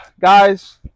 Guys